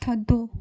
थधो